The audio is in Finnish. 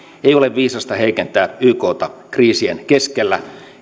ei ole viisasta heikentää ykta kriisien keskellä